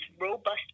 robust